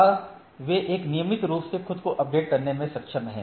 या वे एक नियमित रूप में खुद को अपडेट करने में सक्षम हैं